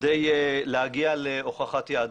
כדי להגיע להוכחת יהדות.